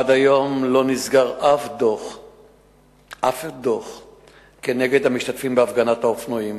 עד היום לא נסגר אף דוח אחד נגד המשתתפים בהפגנת האופנוענים.